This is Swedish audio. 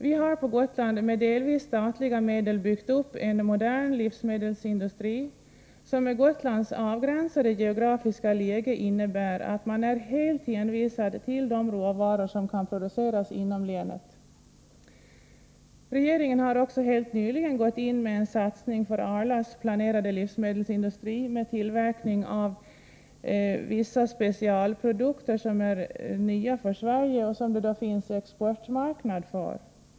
Vi har på Gotland med delvis statliga medel byggt upp en modern livsmedelsindustri, som med Gotlands avgränsade geografiska läge innebär att man är helt hänvisad till de råvaror som kan produceras inom länet. Regeringen har också helt nyligen gått in med en satsning för Arlas planerade livsmedelsindustri med tillverkning av vissa specialprodukter som är nya för Sverige och som det finns exportmarknad för.